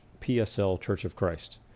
pslchurchofchrist